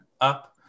up